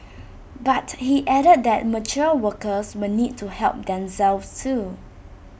but he added that mature workers will need to help themselves too